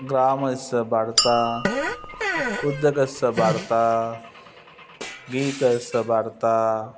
ग्रामस्य वार्ता उदकस्य वार्ता गीतस्य वार्ता